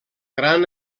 gran